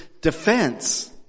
defense